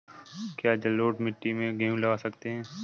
क्या जलोढ़ मिट्टी में गेहूँ लगा सकते हैं?